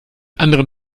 anderen